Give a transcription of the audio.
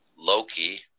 Loki